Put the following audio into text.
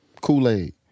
Kool-Aid